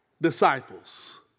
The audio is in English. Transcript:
disciples